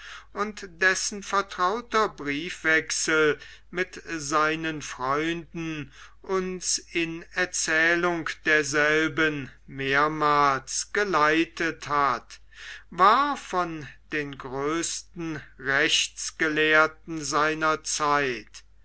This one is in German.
und dessen vertrauter briefwechsel mit seinen freunden uns in erzählung derselben mehrmals geleitet hat war von den größten rechtsgelehrten seiner zeit